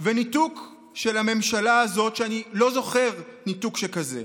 וניתוק של הממשלה הזאת, ואני לא זוכר ניתוק שכזה.